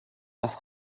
dass